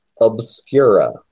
obscura